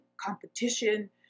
competition